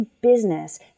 business